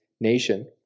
nation